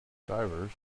divers